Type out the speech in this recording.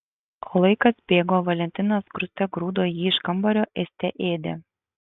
o laikas bėgo valentinas grūste grūdo jį iš kambario ėste ėdė